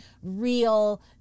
real